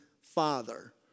father